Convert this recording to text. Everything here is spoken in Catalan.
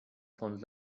fons